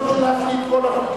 לא, לא, אל תשלב את כל החוקים.